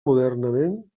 modernament